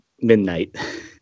midnight